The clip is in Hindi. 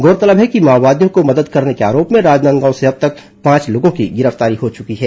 गौरतलब है कि माओवादियों को मदद करने के आरोप में राजनादगांव से अब तक पांच लोगों की गिरफ्तारी हो चुकी है